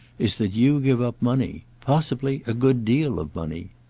is that you give up money. possibly a good deal of money.